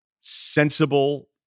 sensible